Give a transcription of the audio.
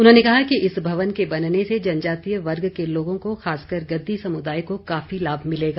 उन्होंने कहा कि इस भवन के बनने से जनजातीय वर्ग के लोगों खासकर गद्दी समुदाय को काफी लाभ मिलेगा